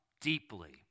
deeply